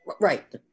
Right